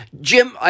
Jim